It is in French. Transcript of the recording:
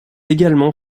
également